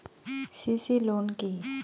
CC loan কি?